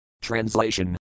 Translation